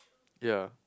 ya